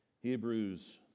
Hebrews